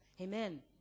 Amen